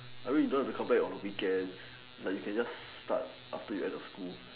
I mean you don't have to compare your own weekend like you can just start after you end your school